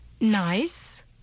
Nice